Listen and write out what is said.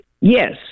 Yes